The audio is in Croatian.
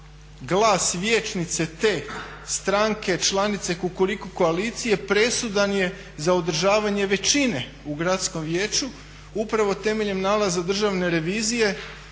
glas vijećnice te stranke, članice kukuriku koalicije presudan je za održavanje većine u gradskom vijeću. Upravo temeljem nalaza državne revizije